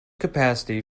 capacity